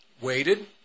waited